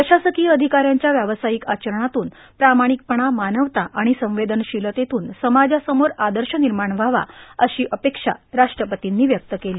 प्रशासकांय अधिकाऱ्यांच्या व्यावसार्यायक आचरणातून प्रार्माणकपणा मानवता आर्गाण संवेदनशीलतेतून समाजासमोर आदश र्णनमाण व्हावा अशी अपेक्षा राष्ट्रपतींनी व्यक्त केला